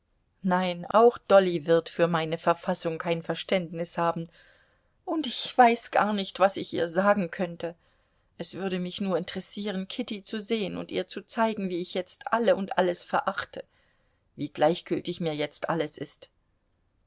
nein auch dolly wird für meine verfassung kein verständnis haben und ich weiß gar nicht was ich ihr sagen könnte es würde mich nur interessieren kitty zu sehen und ihr zu zeigen wie ich jetzt alle und alles verachte wie gleichgültig mir jetzt alles ist